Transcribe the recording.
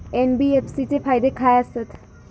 NBFC चे फायदे खाय आसत?